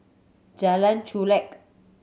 Jalan Chulek